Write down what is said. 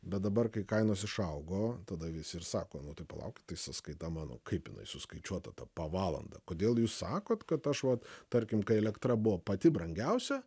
bet dabar kai kainos išaugo tada visi ir sako nu tu palaukit tai sąskaita mano kaip jinai suskaičiuota tą po valandą kodėl jūs sakot kad aš vat tarkim kai elektra buvo pati brangiausia